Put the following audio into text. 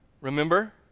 Remember